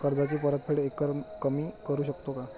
कर्जाची परतफेड एकरकमी करू शकतो का?